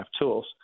tools